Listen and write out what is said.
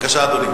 אדוני,